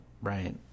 right